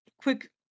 quick